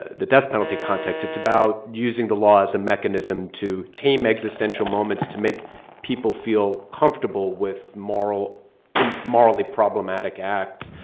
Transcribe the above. the death penalty context. it's about using the law as a mechanism to tame existential moments to make people feel comfortable with morally um morally problematic acts.